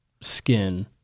skin